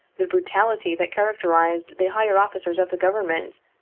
the brutality that characterised the higher officers of the government,